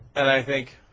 and i think